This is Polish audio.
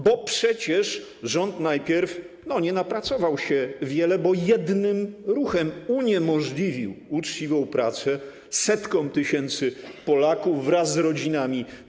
Bo przecież rząd najpierw nie napracował się wiele, bo jednym ruchem uniemożliwił uczciwą pracę setkom tysięcy Polaków wraz z rodzinami.